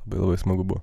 beje labai smagubuvo